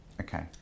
Okay